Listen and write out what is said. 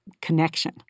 connection